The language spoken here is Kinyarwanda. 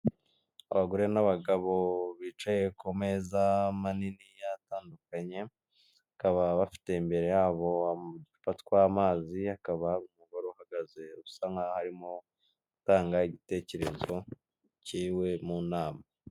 Abagore n'abagabo bicaye ku meza manini yatandukanye bakaba bafite imbere yabo uducupa tw’ amazi hakaba hari uhagaze usa nkaho arimo gutanga igitekerezo cyiwe mu nama.